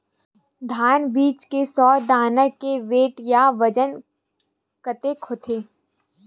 धान बीज के सौ दाना के वेट या बजन कतके होथे?